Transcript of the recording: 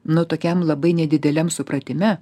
nu tokiam labai nedideliam supratime